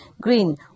green